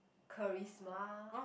charisma